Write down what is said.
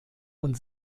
und